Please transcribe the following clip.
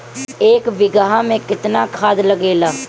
एक बिगहा में केतना खाद लागेला?